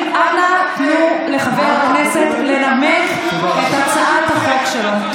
חברים, אנא תנו לחבר הכנסת לנמק את הצעת החוק שלו.